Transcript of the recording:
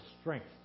strength